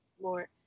more